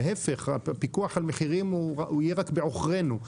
להפך פיקוח על מחירים יהיה רק בעוכרנו.